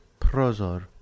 Prozor